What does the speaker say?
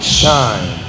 shine